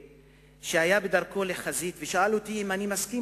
שהיה בדרכו לחזית ושאל אותי אם אני מסכים